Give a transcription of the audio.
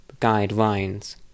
guidelines